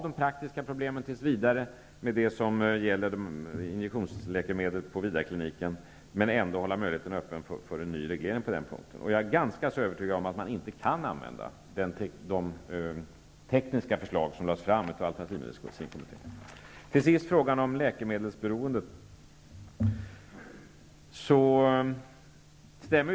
De praktiska problemen, som injektionsläkemedlen på Vidarkliniken, kan vi tills vidare klara av och samtidigt hålla öppet för en ny reglering på den här punkten. Jag är nämligen ganska övertygad om att man inte kan använda sig av de tekniska förslag som lades fram av alternativmedicinkommittén. Till sist frågan om läkemedelsberoendet.